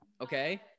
Okay